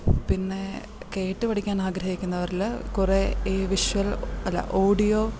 പിന്നെ കേട്ടു പഠിക്കാൻ ആഗ്രഹിക്കുന്നവരില് കുറേ ഈ വിഷ്വൽ അല്ല ഓഡിയോ